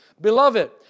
Beloved